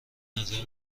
نظرم